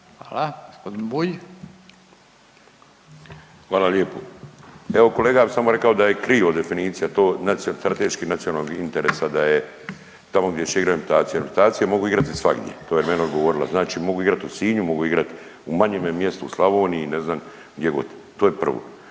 **Bulj, Miro (MOST)** Hvala lijepo. Evo kolega ja bi samo rekao da je krivo definicija to strateških nacionalnih interesa da je tamo gdje će igrat reprezentacije, reprezentacije mogu igrati svagdje, to je meni odgovorila, znači mogu igrat u Sinju, mogu igrat u manjeme mjestu, u Slavoniji, ne znam, gdje god, to je prvo.